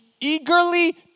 eagerly